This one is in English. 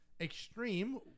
Extreme